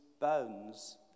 bones